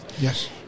Yes